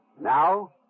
Now